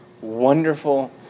wonderful